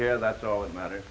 here that's all that matters